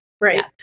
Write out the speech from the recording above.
right